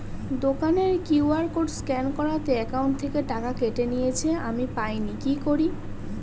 দোকানের QR code scan করাতে account থেকে টাকা কেটে নিয়েছে, আমি পাইনি কি করি?